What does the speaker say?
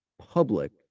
public